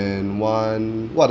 and one what are